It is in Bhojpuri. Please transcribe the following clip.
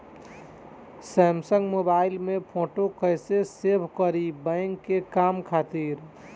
सैमसंग मोबाइल में फोटो कैसे सेभ करीं बैंक के काम खातिर?